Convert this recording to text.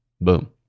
Boom